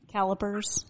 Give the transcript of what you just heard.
Calipers